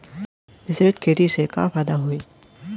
मिश्रित खेती से का फायदा होई?